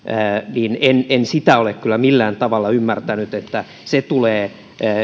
niin en kyllä löydä minkäänlaista yhteyttä siihen enkä sitä ole kyllä millään tavalla ymmärtänyt että